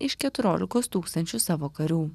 iš keturiolikos tūkstančių savo karių